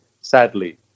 sadly